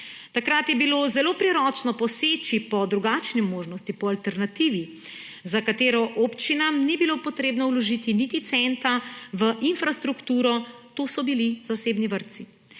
Takrat je bilo zelo priročno poseči po drugačni možnosti, po alternativi, za katero občinam ni bilo potrebno vložiti niti centa v infrastrukturo, to so bili zasebni vrtci.